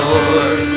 Lord